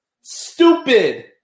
Stupid